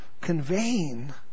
conveying